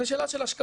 זו ש אלה של השקפה.